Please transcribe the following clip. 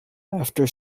after